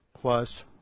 plus